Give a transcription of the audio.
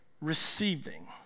receiving